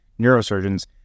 neurosurgeons